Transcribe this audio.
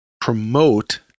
promote